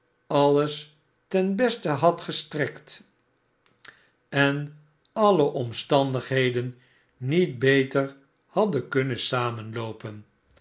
alles ten beste had gestrekt en alle omstandigheden niet beter hadden kunnen samenloopen